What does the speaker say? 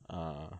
ah